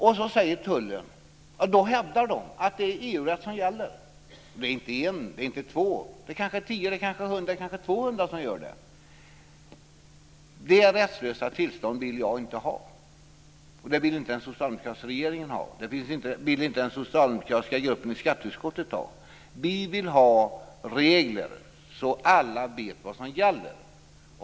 De hävdar i tullen att det är EU-rätt som gäller. Det är inte en, det är inte två personer. Det kanske är 10, 100 eller 200 personer som gör det. Det rättslösa tillståndet vill jag inte ha. Det vill inte den socialdemokratiska regeringen ha. Det vill inte den socialdemokratiska gruppen i skatteutskottet ha. Vi vill ha regler så att alla vet vad som gäller.